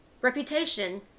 reputation